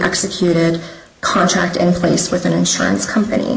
executed contract in place with an insurance company